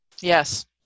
yes